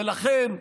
ולכן,